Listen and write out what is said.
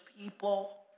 people